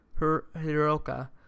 Hiroka